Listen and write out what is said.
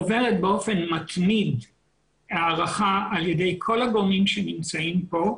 עוברת באופן מתמיד הערכה על ידי כל הגורמים שנמצאים פה,